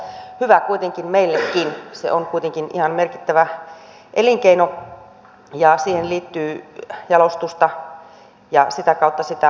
tämä on hyvä kuitenkin meillekin se on kuitenkin ihan merkittävä elinkeino ja siihen liittyy jalostusta ja sitä kautta sitä elinkeinoketjua